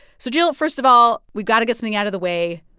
so, jill, first of all, we've got to get something out of the way.